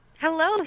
Hello